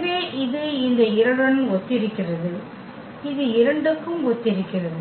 எனவே இது இந்த 2 உடன் ஒத்திருக்கிறது இது 2 க்கும் ஒத்திருக்கிறது